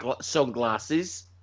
sunglasses